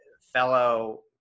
fellow